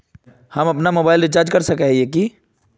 हम अपना mobile recharge कर सकय हिये की?